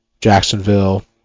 Jacksonville